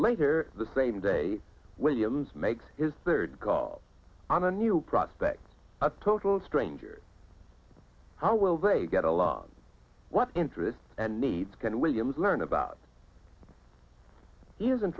later the same day williams makes his third call on a new prospect a total stranger how will they get along what interest and needs can williams learn about he isn't